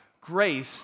grace